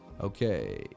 Okay